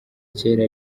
kera